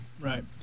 Right